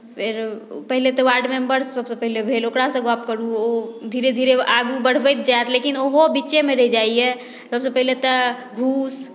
फेर पहिने तऽ वार्ड मेम्बरसभसँ पहिने भेल ओकरासँ गप्प करू ओ धीरे धीरे आगू बढ़बैत जायत लेकिन ओहो बीचेमे रहि जाइए सभसँ पहिने तऽ घूस